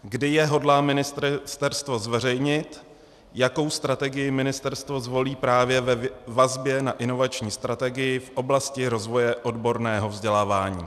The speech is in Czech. Kdy je hodlá ministerstvo zveřejnit a jakou strategii ministerstvo zvolí právě ve vazbě na inovační strategii v oblasti rozvoje odborného vzdělávání?